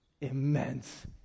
Immense